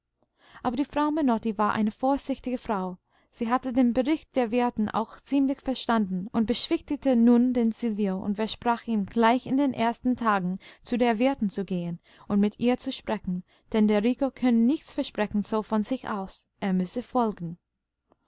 aber die frau menotti war eine vorsichtige frau sie hatte den bericht der wirtin auch ziemlich verstanden und beschwichtigte nun den silvio und versprach ihm gleich in den ersten tagen zu der wirtin zu gehen und mit ihr zu sprechen denn der rico könne nichts versprechen so von sich aus er müsse folgen